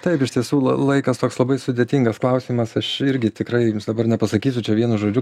taip iš tiesų la laikas toks labai sudėtingas klausimas aš irgi tikrai jums dabar nepasakysiu čia vienu žodžiu